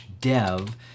dev